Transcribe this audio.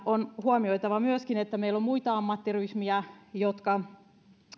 on huomioitava myöskin että meillä on muita ammattiryhmiä jotka